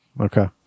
Okay